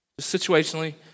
Situationally